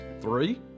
Three